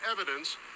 evidence